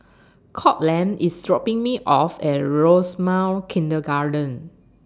Courtland IS dropping Me off At Rosemount Kindergarten